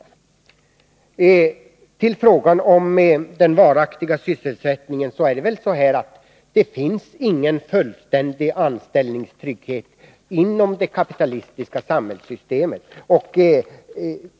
När det gäller frågan om den varaktiga sysselsättningen finns det ingen fullständig anställningstrygghet inom det kapitalistiska samhällssystemet.